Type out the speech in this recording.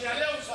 חמד?